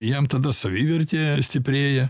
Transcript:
jam tada savivertė stiprėja